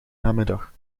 namiddag